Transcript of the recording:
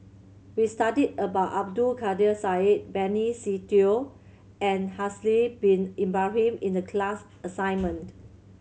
we studied about Abdul Kadir Syed Benny Se Teo and Haslir Bin Ibrahim in the class assignment